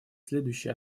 следующие